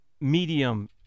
medium